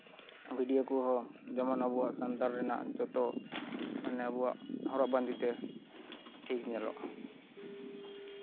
video ᱠᱚᱦᱚᱸ ᱡᱮᱢᱚᱱ ᱟᱵᱚᱣᱟᱜ ᱥᱟᱱᱛᱟᱲ ᱨᱮᱱᱟᱜ ᱡᱚᱛᱚ ᱢᱟᱱᱮ ᱟᱵᱚᱣᱟᱜ ᱦᱚᱨᱚᱜ ᱵᱟᱸᱫᱮᱛᱮ ᱴᱷᱤᱠ ᱧᱮᱞᱚᱜᱼᱟ